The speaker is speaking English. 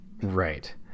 Right